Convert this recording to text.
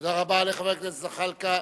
תודה רבה לחבר הכנסת זחאלקה.